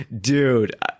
dude